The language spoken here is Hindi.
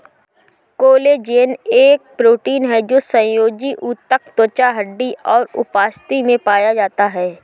कोलेजन एक प्रोटीन है जो संयोजी ऊतक, त्वचा, हड्डी और उपास्थि में पाया जाता है